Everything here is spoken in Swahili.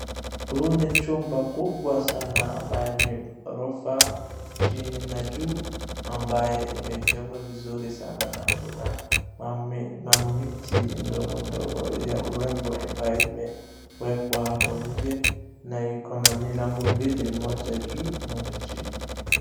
Huu ni chumba kubwa sana ambaye ni gorofa chini na juu ambaye imejengwa vizuri sana na kuna mamiti ndogo ndogo ya urembo ambaye imewekwa hapo nje na iko na milango mbili moja juu moja chini.